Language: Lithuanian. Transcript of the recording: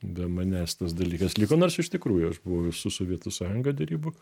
be manęs tas dalykas liko nors iš tikrųjų aš buvau su sovietų sąjunga derybų